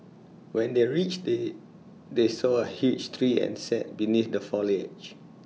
when they reached they they saw A huge tree and sat beneath the foliage